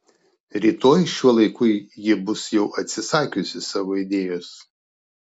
rytoj šiuo laiku ji bus jau atsisakiusi savo idėjos